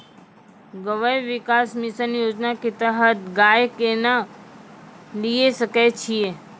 गव्य विकास मिसन योजना के तहत गाय केना लिये सकय छियै?